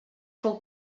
fou